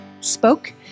spoke